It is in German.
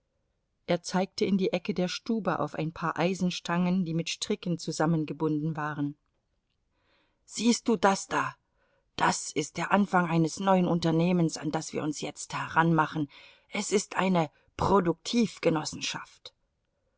er zeigte in die ecke der stube auf ein paar eisenstangen die mit stricken zusammengebunden waren siehst du das da das ist der anfang eines neuen unternehmens an das wir uns jetzt heranmachen es ist eine